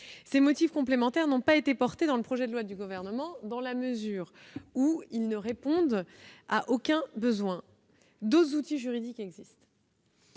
Ces motifs complémentaires n'ont pas été inscrits dans le projet de loi du Gouvernement, car ils ne répondent à aucun besoin, d'autres outils juridiques existant